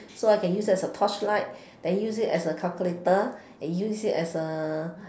so I can use as a torchlight then use it as a calculator use it as a